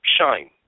shine